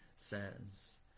says